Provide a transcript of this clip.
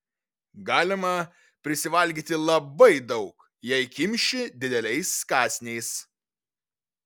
galima prisivalgyti labai daug jei kimši dideliais kąsniais